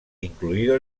incluido